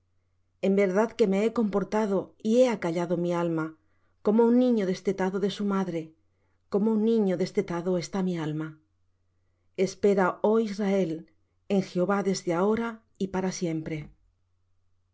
en verdad que me he comportado y he acallado mi alma como un niño destetado de su madre como un niño destetado está mi alma espera oh israel en jehová desde ahora y para siempre